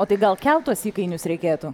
o tai gal kelt tuos įkainius reikėtų